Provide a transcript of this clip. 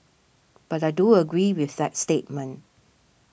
but I do agree with that statement